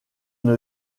une